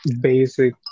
basic